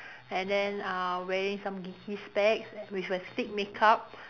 and then uh wearing some geeky specs with a thick makeup